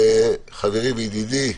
חברי וידידי,